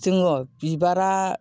जोङो बिबारा